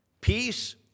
Peace